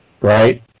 right